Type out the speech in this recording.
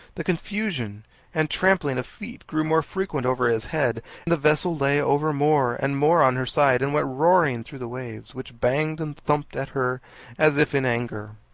the confusion and trampling of feet grew more frequent over his head the vessel lay over more and more on her side, and went roaring through the waves, which banged and thumped at her as if in anger.